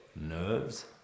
nerves